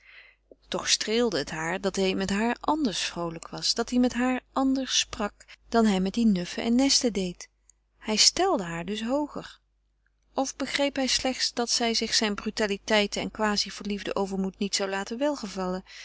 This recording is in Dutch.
toch streelde het haar dat hij met haar anders vroolijk was dat hij met haar anders sprak dan hij met die nuffen en nesten deed hij stelde haar dus hooger of begreep hij slechts dat zij zich zijn brutaliteiten en quasiverliefden overmoed niet zou laten welgevallen